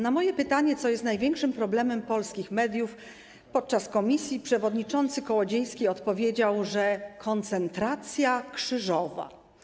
Na moje pytanie, co jest największym problemem polskich mediów, podczas posiedzenia komisji przewodniczący Kołodziejski odpowiedział, że koncentracja krzyżowa.